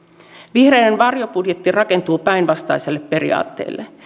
vihreiden varjobudjetti rakentuu päinvastaiselle periaatteelle